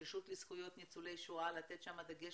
ברשות לזכויות ניצולי שואה לתת שם דגש